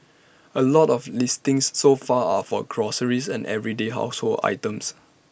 A lot of the listings so far are for groceries and everyday household items